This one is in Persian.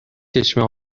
چشمه